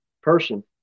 person